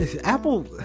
apple